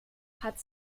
hat